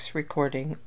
recording